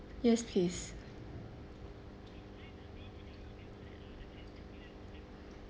yes please